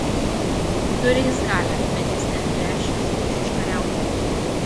turi jis galią bet jis neatgręš jos prieš užkariautojus